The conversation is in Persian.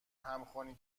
همخوانی